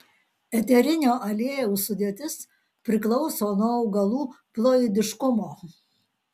eterinio aliejaus sudėtis priklauso nuo augalų ploidiškumo